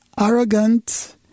arrogant